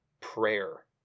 prayer